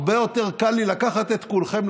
הרבה יותר קל לי לקחת את כולכם,